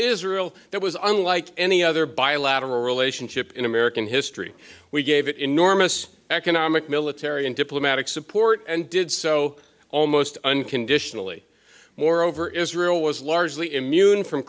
that was unlike any other bilateral relationship in american history we gave it enormous economic military and diplomatic support and did so almost unconditionally moreover israel was largely immune from